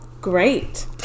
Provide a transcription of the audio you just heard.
Great